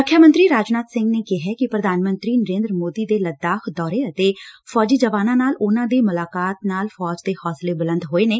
ਰੱਖਿਆ ਮੰਤਰੀ ਰਾਜਬਾਨ ਸਿੰਘ ਨੇ ਕਿਹੈ ਕਿ ਪੁਧਾਨ ਮੰਤਰੀ ਨਰੇਦਰ ਮੋਦੀ ਦੇ ਲਦਾੱਖ ਦੌਰੇ ਅਤੇ ਫੌਜੀ ਜਵਾਨਾਂ ਨਾਲ ਉਨਾਂ ਦੀ ਮੁਲਾਕਾਤ ਨਾਲ ਫੌਜ ਦੇ ਹੌਂਸਲੇ ਬੁਲੰਦ ਹੋਏ ਨੇ